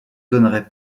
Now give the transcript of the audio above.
donnerait